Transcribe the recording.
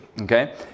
okay